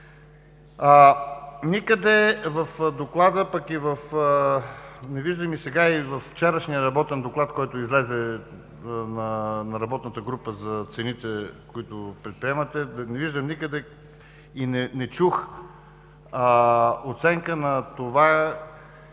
Никъде в Доклада, пък и не виждам и сега във вчерашния работен доклад, който излезе на работната група, за цените, които предприемате, не виждам никъде и не чух оценка на това